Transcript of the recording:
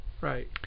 Right